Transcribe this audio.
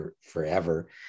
forever